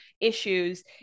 issues